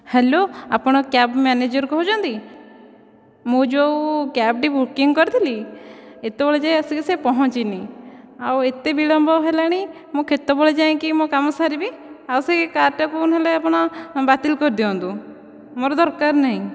hello ଆପଣ cab manager କହୁଛନ୍ତି ମୁଁ ଯେଉଁ କ୍ୟାବଟି ବୁକିଂ କରିଥିଲି ଏତେ ବେଳ ଯାଏ ଆସିକି ସେ ପହଞ୍ଚିନି ଆଉ ଏତେ ବିଳମ୍ବ ହେଲାଣି ମୁଁ କେତେବେଳ ଯାଇକି ମୋ କାମ ସାରିବି ଆଉ ସେ କାରଟାକୁ ନହେଲେ ଆପଣ ବାତିଲ କରିଦିଅନ୍ତୁ ମୋର ଦରକାର ନାହିଁ